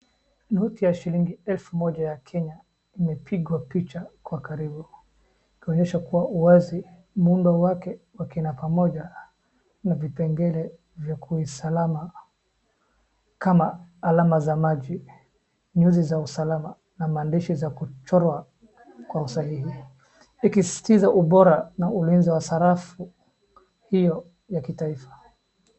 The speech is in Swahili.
Noti ya shilingi elfu moja ya Kenya imepigwa picha kwa karibu kuonyesha kuwa uwazi muundo wake kwa kina pamoja na vipengele vya kuisalama kama alama za maji, nyuzi za usalama na mandishi za kuchorwa kwa usahihi ikisisitiza ubora na ulinzi wa sarafu hiyo ya kitaifa.